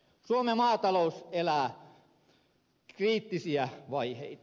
suomen maatalous elää kriittisiä vaiheita